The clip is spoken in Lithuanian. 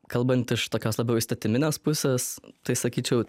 kalbant iš tokios labiau įstatyminės pusės tai sakyčiau